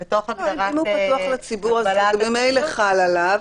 אם הוא פתוח לציבור אז זה ממילא חל עליו.